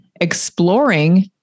exploring